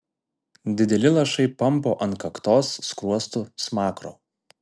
dideli lašai pampo ant kaktos skruostų smakro